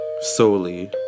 solely